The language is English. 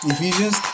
Ephesians